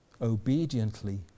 obediently